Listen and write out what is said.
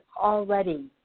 already